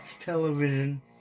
television